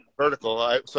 vertical